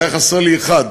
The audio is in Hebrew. היה חסר לי אחד,